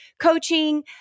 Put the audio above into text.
coaching